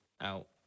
out